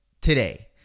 Today